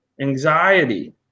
anxiety